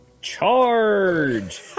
Charge